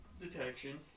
detection